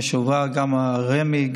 גם רמ"י,